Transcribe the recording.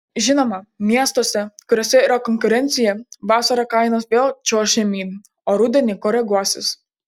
žinoma miestuose kuriuose yra konkurencija vasarą kainos vėl čiuoš žemyn o rudenį koreguosis